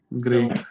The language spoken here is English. Great